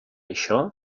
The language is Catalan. això